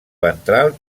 ventral